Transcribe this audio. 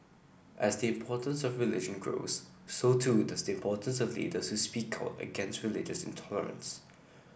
as the importance of religion grows so too does the importance of leaders say speak out against religious intolerance